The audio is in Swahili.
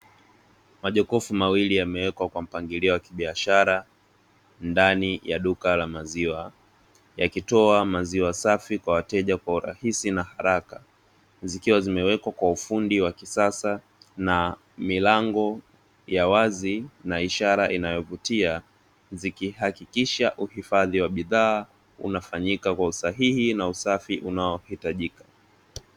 Majokofu mawili yamewekwa kwa mpangilio wa kibiashara ndani ya duka la maziwa, yakitoa maziwa safi kwa wateja kwa urahisi na haraka, zikiwa zimewekwa kwa ufundi wa kisasa na milango ya wazi na ishara inayovutia, zikihakikisha uhifadhi wa bidhaa unafanyika kwa usahihi na usafi unaohitajika.